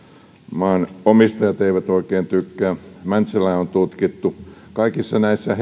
maanomistajat eivät oikein tykkää mäntsälää on tutkittu kaikissa näissä